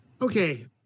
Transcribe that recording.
Okay